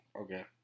okay